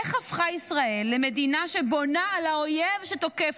איך הפכה ישראל למדינה שבונה על האויב שתוקף